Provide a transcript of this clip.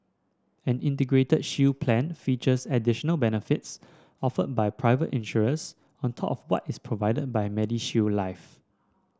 an Integrated Shield Plan features additional benefits offered by private insurers on top of what is provided by MediShield Life